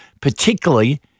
particularly